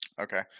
Okay